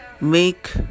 make